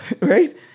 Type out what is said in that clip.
right